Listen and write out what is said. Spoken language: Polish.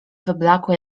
wyblakłe